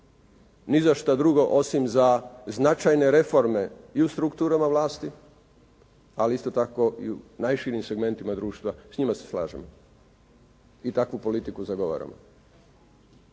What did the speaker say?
ni za šta drugo osim za značajne reforme i u strukturama vlasati, ali isto tako i u najširim segmentima društva, s njima se slažemo i takvu politiku zagovaramo.